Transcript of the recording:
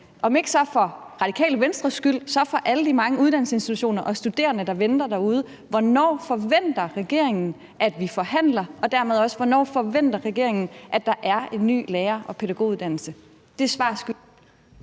om ikke for Radikale Venstres skyld, så for alle de mange uddannelsesinstitutioner og studerendes skyld, der venter derude: Hvornår forventer regeringen at vi forhandler? Og dermed også: Hvornår forventer regeringen at der er en ny lærer- og pædagoguddannelse? Det svar ønskes.